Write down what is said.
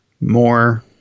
more